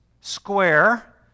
square